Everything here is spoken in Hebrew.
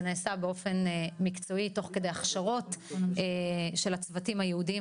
נעשה באופן מקצועי תוך כדי הכשרות של הצוותים הייעודיים